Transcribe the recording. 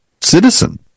citizen